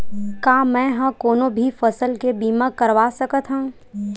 का मै ह कोनो भी फसल के बीमा करवा सकत हव?